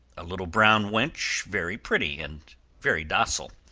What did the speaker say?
a little brown wench, very pretty and very docile.